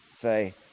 say